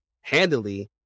handily